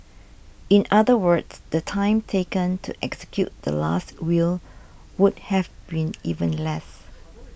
in other words the time taken to execute the Last Will would have been even less